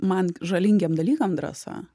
man žalingiem dalykam drąsa